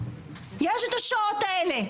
יש את השעות האלה,